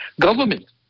government